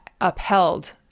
upheld